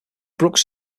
brookes